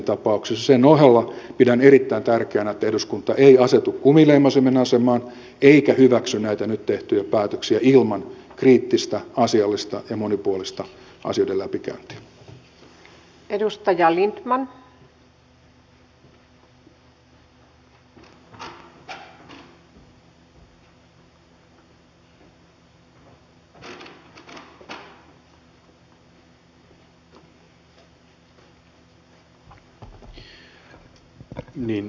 sen ohella pidän erittäin tärkeänä että eduskunta ei asetu kumileimasimen asemaan eikä hyväksy näitä nyt tehtyjä päätöksiä ilman kriittistä asiallista ja monipuolista asioiden läpikäyntiä